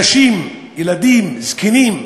נשים, ילדים, זקנים,